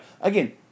Again